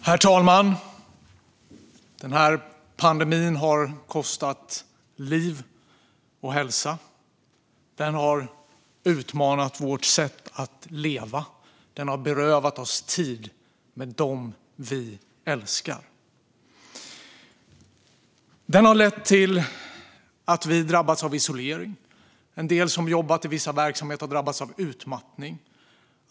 Herr talman! Den här pandemin har kostat liv och hälsa. Den har utmanat vårt sätt att leva. Den har berövat oss tid med dem vi älskar. Den har lett till att vi har drabbats av isolering. En del som jobbat i vissa verksamheter har drabbats av utmattning.